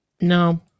No